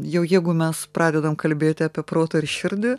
jau jeigu mes pradedam kalbėti apie protą ir širdį